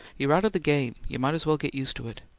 you're out of the game you might as well get used to it.